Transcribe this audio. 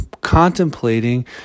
contemplating